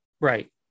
Right